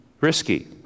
Risky